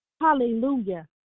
Hallelujah